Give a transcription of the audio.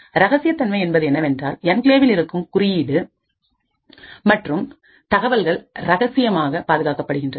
இரகசியத்தன்மை என்பது என்னவென்றால் என்கிளேவில் இருக்கும் குறியீடு மற்றும் தகவல்கள் ரகசியமாக பாதுகாக்கப்படுகின்றது